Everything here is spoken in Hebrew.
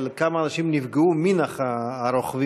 אבל כמה אנשים נפגעו מן הרוכבים